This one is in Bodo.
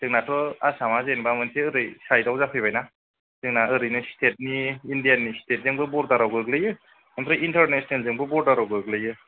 जोंनाथ' आसामा जेनेबा मोनसे ओरै साइडाव जाफैबायना जोंना ओरैनो स्टेटनि इंडियानि स्टेटजोंबो बरडाराव गोग्लैयो आमफ्राय इनटारनेसनेल जोंबो बरडाराव गोग्लैयो